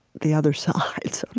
the other side